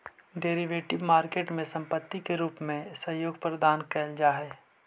derivative market में संपत्ति के रूप में सहयोग प्रदान कैल जा हइ